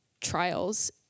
trials